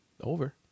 over